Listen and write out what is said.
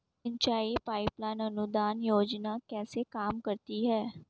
सिंचाई pipeline अनुदान योजना कैसे काम करती है?